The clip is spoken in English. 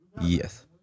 yes